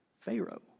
Pharaoh